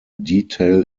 detail